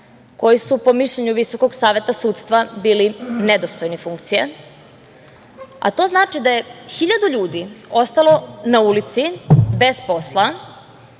koji su po mišljenju Visokog saveta sudstva bili nedostojni funkcije, a to znači da je hiljadu ljudi ostalo na ulici, bez posla,